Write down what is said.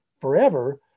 forever